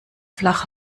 flach